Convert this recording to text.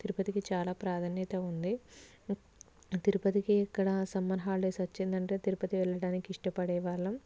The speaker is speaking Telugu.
తిరుపతికి చాలా ప్రాధాన్యత ఉంది తిరుపతికి ఇక్కడ సమ్మర్ హాలిడేస్ వచ్చింది అంటే తిరుపతి వెళ్ళడానికి ఇష్టపడేవాళ్ళం